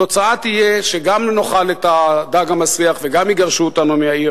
התוצאה תהיה שגם נאכל את הדג המסריח וגם יגרשו אותנו מהעיר,